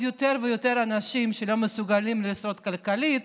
יותר אנשים שלא מסוגלים לשרוד כלכלית,